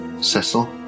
Cecil